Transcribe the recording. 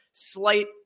Slight